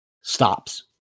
stops